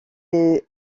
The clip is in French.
des